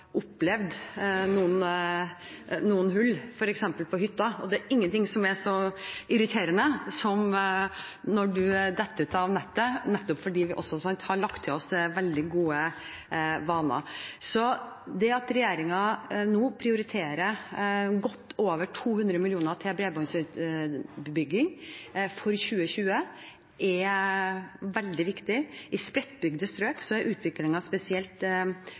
opplevd noen hull, f.eks. på hytta, og det er ingenting som er så irriterende som når man detter ut av nettet – nettopp fordi vi har lagt oss til veldig gode vaner. Det at regjeringen nå prioriterer godt over 200 mill. kr til bredbåndsutbygging for 2020, er veldig viktig. I spredtbygde strøk er utviklingen spesielt